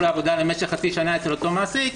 לאותה עבודה למשך חצי שנה אצל אותו מעסיק,